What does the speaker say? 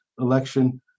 election